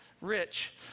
rich